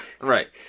right